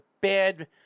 bad